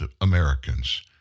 Americans